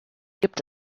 gibt